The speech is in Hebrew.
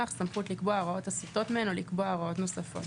סמכות לקבוע הוראות הסוטות מהן או לקבוע הוראות נוספות.